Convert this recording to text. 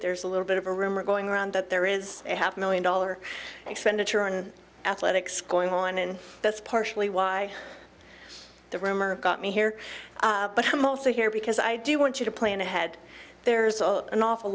there's a little bit of a rumor going around that there is a half million dollar expenditure on athletics going on and that's partially why the rumor got me here but i'm also here because i do want you to plan ahead there's an awful